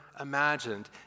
imagined